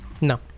No